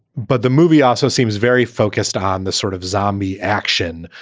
but the movie also seems very focused on the sort of zombie action,